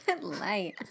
light